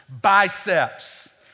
Biceps